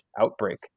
outbreak